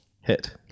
hit